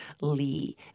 Lee